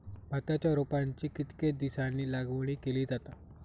भाताच्या रोपांची कितके दिसांनी लावणी केली जाता?